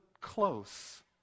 close